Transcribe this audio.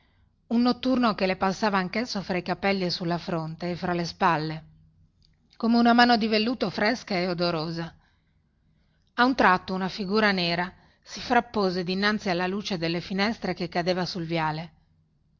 un notturno che le passava anchesso fra i capelli e sulla fronte e fra le spalle come una mano di velluto fresca e odorosa a un tratto una figura nera si frappose dinanzi alla luce delle finestre che cadeva sul viale